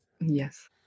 Yes